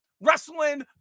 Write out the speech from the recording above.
wrestling